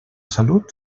salut